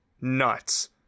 nuts